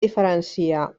diferencia